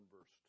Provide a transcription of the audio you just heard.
verse